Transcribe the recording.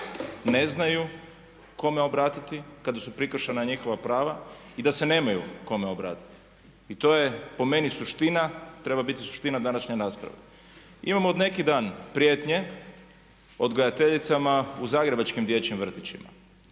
ne znaju kome obratiti kada su prekršena njihova prava i da se nemaju kome obratiti. I to je po meni suština, treba biti suština današnje rasprave. Imamo od neki dan prijetnje odgajateljicama u zagrebačkim dječjim vrtićima.